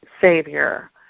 savior